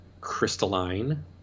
crystalline